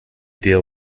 deal